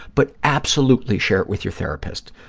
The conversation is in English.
but absolutely share it with your therapist.